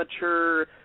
mature